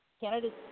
candidates